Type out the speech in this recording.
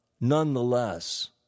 nonetheless